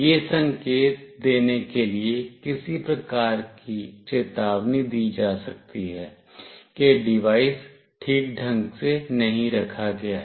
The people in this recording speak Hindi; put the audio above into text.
यह संकेत देने के लिए किसी प्रकार की चेतावनी दी जा सकती है कि डिवाइस ठीक ढंग से नहीं रखा गया है